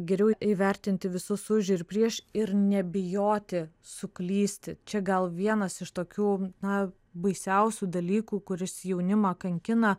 geriau įvertinti visus už ir prieš ir nebijoti suklysti čia gal vienas iš tokių na baisiausių dalykų kuris jaunimą kankina